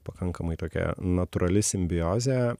pakankamai tokia natūrali simbiozė